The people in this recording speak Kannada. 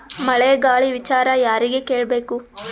ಮಳೆ ಗಾಳಿ ವಿಚಾರ ಯಾರಿಗೆ ಕೇಳ್ ಬೇಕು?